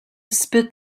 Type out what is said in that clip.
spit